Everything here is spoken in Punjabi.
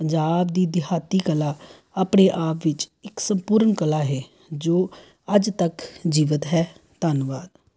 ਪੰਜਾਬ ਦੀ ਦਿਹਾਤੀ ਕਲਾ ਆਪਣੇ ਆਪ ਵਿੱਚ ਇੱਕ ਸੰਪੂਰਨ ਕਲਾ ਹੈ ਜੋ ਅੱਜ ਤੱਕ ਜੀਵਤ ਹੈ ਧੰਨਵਾਦ